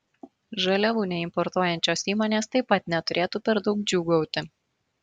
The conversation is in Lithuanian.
žaliavų neimportuojančios įmonės taip pat neturėtų per daug džiūgauti